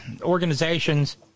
organizations